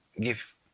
give